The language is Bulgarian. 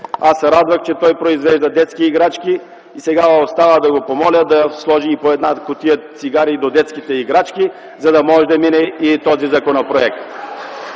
Аз се радвах, че той произвежда детски играчки и сега остава да го помоля и да сложи по една кутия цигари и до детските играчки, за да може да мине и този законопроект.